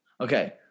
Okay